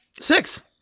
Six